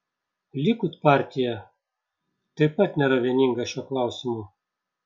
likud partija taip pat nėra vieninga šiuo klausimu